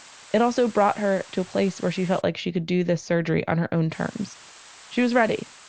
it also brought her to a place where she felt like she could do this surgery on her own terms she was ready.